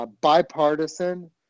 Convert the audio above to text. bipartisan